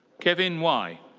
kevin wai.